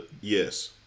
Yes